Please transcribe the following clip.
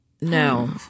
No